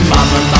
Mama